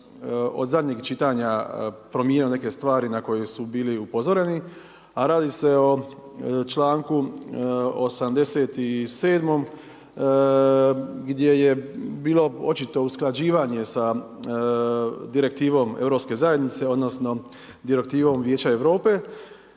od zadnjeg čitanja promijenio neke stvari na koje su bili upozoreni, a radi se o članku 87. gdje je bilo očito usklađivanje sa direktivom Europske zajednice odnosno direktivom Vijeća Europe,